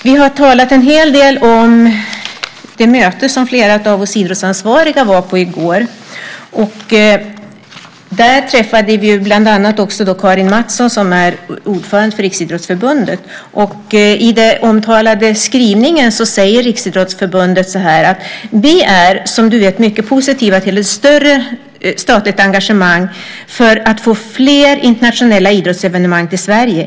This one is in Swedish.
Vi har talat en hel del om det möte som flera av oss idrottsansvariga var på i går. Där träffade vi bland annat Karin Mattsson som är ordförande i Riksidrottsförbundet. I den omtalade skrivningen säger Riksidrottsförbundet: Vi är som du vet mycket positiva till ett större statligt engagemang för att få fler internationella idrottsevenemang till Sverige.